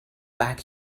back